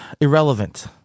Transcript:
Irrelevant